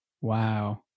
Wow